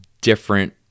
different